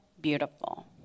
beautiful